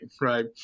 right